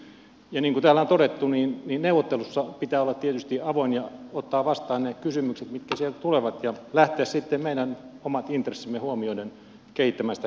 ja niin kuin täällä on todettu neuvotteluissa pitää olla tietysti avoin ja ottaa vastaan ne kysymykset mitkä sieltä tulevat ja lähteä sitten meidän omat intressimme huomioiden kehittämään sitä yhteistä ratkaisua